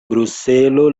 bruselo